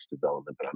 development